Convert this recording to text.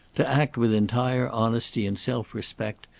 to act with entire honesty and self-respect,